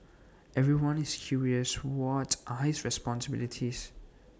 everyone is curious what are his responsibilities